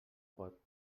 pot